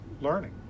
learning